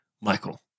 Michael